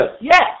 Yes